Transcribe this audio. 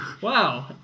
wow